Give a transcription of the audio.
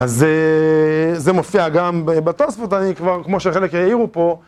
אז זה מופיע גם בתוספות. אני כבר כמו שחלק העירו פה.